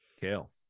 Kale